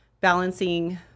balancing